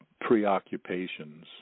preoccupations